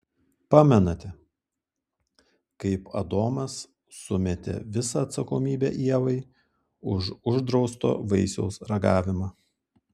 pamenate kaip adomas sumetė visą atsakomybę ievai už uždrausto vaisiaus ragavimą